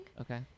okay